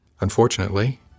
Unfortunately